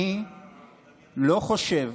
אני לא חושב,